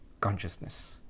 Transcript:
consciousness